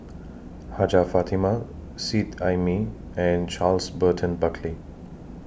Hajjah Fatimah Seet Ai Mee and Charles Burton Buckley